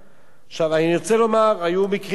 אני רוצה לומר, היו מקרים נוספים.